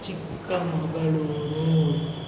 Chikkamagaluru